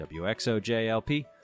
WXOJLP